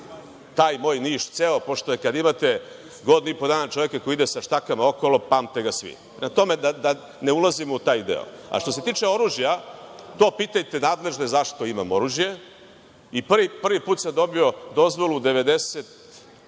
zna moj Niš ceo. Pošto kada imate godinu i po dana čoveka koji ide sa štakama okolo, pamte ga svi. Prema tome, da ne ulazimo u taj deo. Što se tiče oružja, to pitajte nadležne zašto imam oružje. Prvi put sam dobio dozvolu 1994.